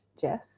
Jess